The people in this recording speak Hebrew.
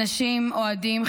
אנשים אוהדים,